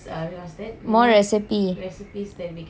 we can put S and S as our name